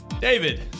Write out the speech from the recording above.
David